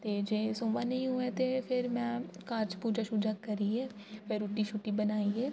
ते जे सोमवार नेईं होऐ ते फिर में घर च पूजा शूजा करियै ते रुट्टी शुट्टी बनाइयै